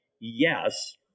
Yes